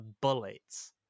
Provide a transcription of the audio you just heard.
bullets